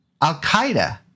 Al-Qaeda